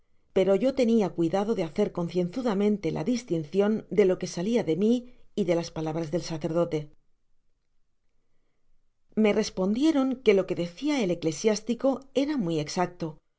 pero yo tenia cuidado de hacer concienzudamente la distincion de lo que salia de mi y de las palabras del sacerdote me respondieron que lo que decia el eclesiástico era muy exacto que